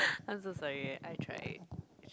I'm so sorry I tried